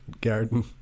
garden